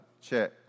check